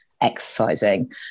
exercising